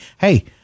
hey